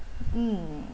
mm